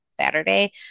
Saturday